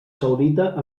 saudita